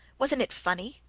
wasn't it funny?